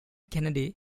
kennedy